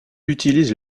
utilise